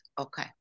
Okay